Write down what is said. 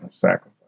sacrifice